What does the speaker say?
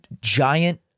giant